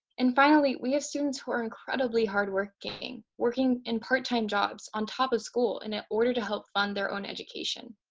and finally, we have students who are incredibly hardworking, working in part time jobs on top of school in ah order to help fund their own education.